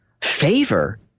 favor